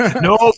Nope